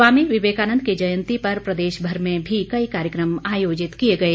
स्वामी विवेकानंद की जयंती पर प्रदेशभर में भी कई कार्य क्र म आयोजित किए गए